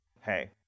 hey